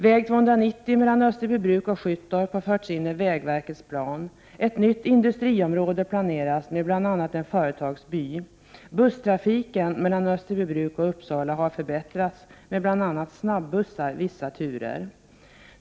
Väg 290 mellan Österbybruk och Skyttorp har förts in i vägverkets plan, ett nytt industriområde med bl.a. en företagsby planeras. Busstrafiken mellan Österbybruk och Uppsala har förbättrats med bl.a. snabbussar vissa turer.